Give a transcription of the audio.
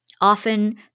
Often